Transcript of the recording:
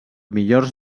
millors